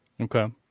Okay